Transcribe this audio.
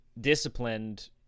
disciplined